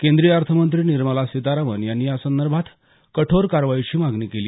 केंद्रीय अर्थमंत्री निर्मला सीतारामन यांनी यासंदर्भात कठोर कारवाईची मागणी केली